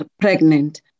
pregnant